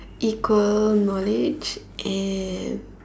equal knowledge and